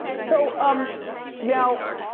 so um now,